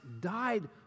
died